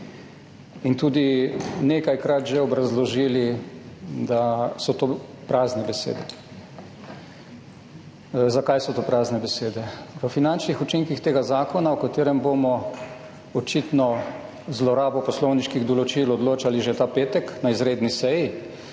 in tudi nekajkrat že obrazložili, da so to prazne besede. Zakaj so to prazne besede? V finančnih učinkih tega zakona, o katerem bomo očitno zlorabo poslovniških določil odločali že ta petek na izredni seji.